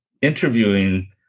interviewing